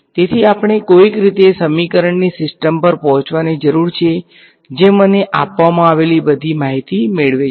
તેથી આપણે કોઈક રીતે સમીકરણોની સિસ્ટમ પર પહોંચવાની જરૂર છે જે મને આપવામાં આવેલી બધી માહિતી મેળવે છે